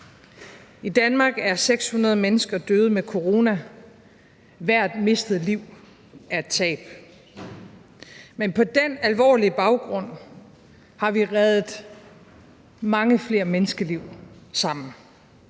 I Danmark er 600 mennesker døde med corona, hvert mistet liv er et tab. Men på den alvorlige baggrund har vi reddet mange flere menneskeliv sammen;